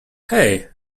hey